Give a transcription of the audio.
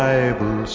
Bible